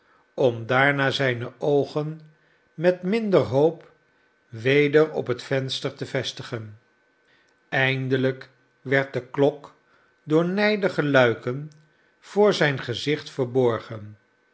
om daarna zijrie oogen met minder hoop weder op het venster te vestigen eindelijk werd de klok door nijdige luiken voor zijn gezicht verborgen